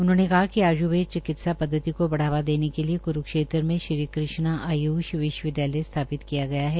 उन्होंने कहा कि आय्र्वेद चिकित्सा पद्वति को बढ़ावा देने के लिए क्रुक्षेत्र में श्रीकृष्णा आय्ष विश्वविद्यालय स्थापित किया गया है